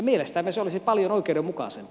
mielestämme se olisi paljon oikeudenmukaisempi